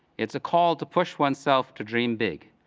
it's a call to push oneself to dream big.